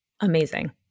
amazing